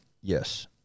Yes